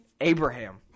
Abraham